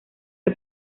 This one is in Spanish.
que